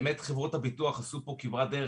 חברות הביטוח באמת עשו פה כברת דרך,